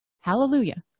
Hallelujah